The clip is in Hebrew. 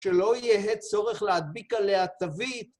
שלא יהיה צורך להדביק עליה תווית.